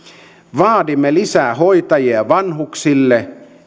vaadimme lisää hoitajia vanhuksille